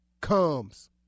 comes